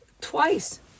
twice